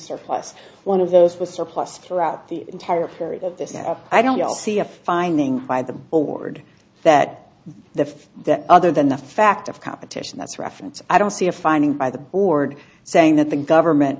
surface one of those was surplus throughout the entire period of this and i don't see a finding by the board that if that other than the fact of competition that's reference i don't see a finding by the board saying that the government